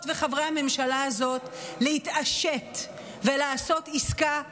וחברי הממשלה הזאת להתעשת ולעשות עסקה עכשיו.